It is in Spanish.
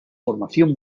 formación